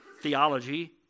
theology